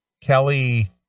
Kelly